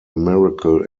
miracle